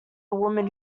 woman